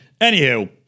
anywho